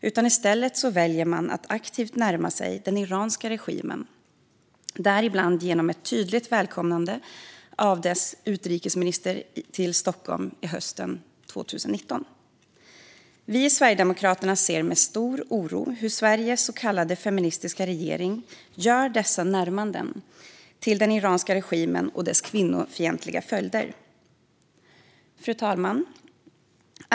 I stället väljer man att aktivt närma sig den iranska regimen, bland annat genom ett tydligt välkomnande av dess utrikesminister till Stockholm hösten 2019. Vi i Sverigedemokraterna ser med stor oro hur Sveriges så kallade feministiska regering gör dessa närmanden till den iranska regimen och dess kvinnofientliga följder. Fru talman!